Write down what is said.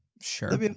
Sure